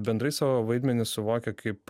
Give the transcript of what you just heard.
bendrai savo vaidmenį suvokia kaip